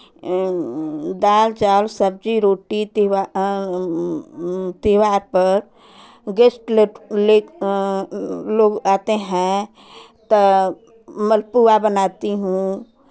दाल चावल सब्जी रोटी त्यो त्योहार पर गेस्ट लोग लोग लोग आते हैं तो मालपुआ बनाती हूँ